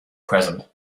present